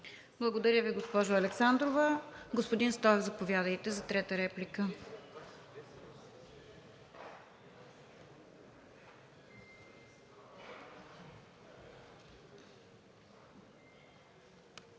Благодаря Ви, госпожо Александрова. Господин Стоев, заповядайте за трета реплика.